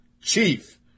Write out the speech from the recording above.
Chief